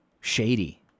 shady